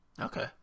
Okay